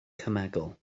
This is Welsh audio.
cemegol